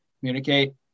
communicate